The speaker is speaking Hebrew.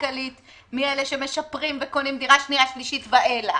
כלכלית מאלה שמשפרים וקונים דירה שנייה-שלישית ואילך.